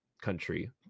country